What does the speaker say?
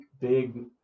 big